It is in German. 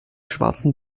schwarzen